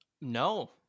No